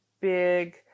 big